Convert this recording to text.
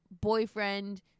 boyfriend